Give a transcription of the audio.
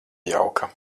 jauka